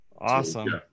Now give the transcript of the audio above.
Awesome